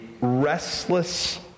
restless